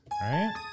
right